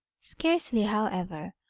scarcely, however,